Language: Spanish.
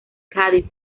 cádiz